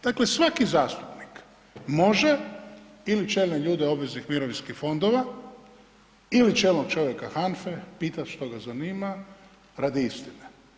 Dakle, svaki zastupnik može ili čelne ljude obveznih mirovinskih fondova ili čelnog čovjeka HANFA-e pitat što ga zanima radi istine.